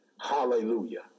hallelujah